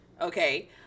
okay